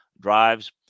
drives